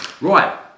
right